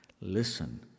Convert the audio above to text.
Listen